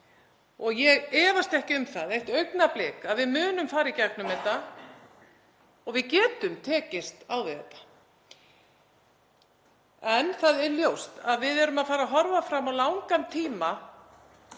Ég efast ekki um það eitt augnablik að við munum fara í gegnum þetta og við getum tekist á við þetta. En það er ljóst að við horfum fram á langan tíma